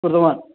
कृतवान्